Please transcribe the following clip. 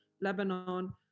Lebanon